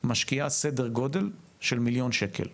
משקיעה סדר גודל של מיליון שקלים.